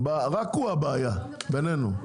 רק הוא הבעיה, בינינו.